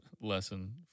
lesson